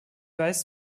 weiß